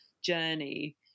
journey